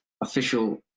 official